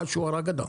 עד שהוא הרג אדם.